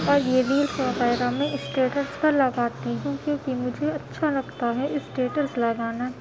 اور یہ ریلس وغیرہ میں اسٹیٹس پر لگاتی ہوں کیونکہ مجھے اچھا لگتا ہے اسٹیٹس لگانا